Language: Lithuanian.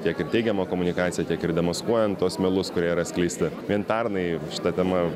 tiek ir teigiamą komunikaciją tiek ir demaskuojant tuos melus kurie yra atskleisti vien pernai šita tema